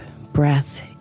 breath